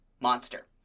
Monster